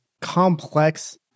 complex